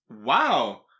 Wow